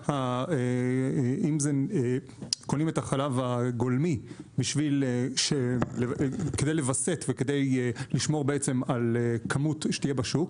אם קונים את החלב הגולמי כדי לווסת וכדי לשמור על כמות שתהיה בשוק,